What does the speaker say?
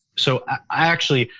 so i actually,